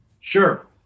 Sure